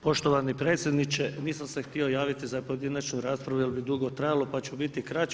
Poštovani predsjedniče nisam se htio javiti za pojedinačnu raspravu jer bi dugo trajalo pa ću biti kraći.